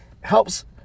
helps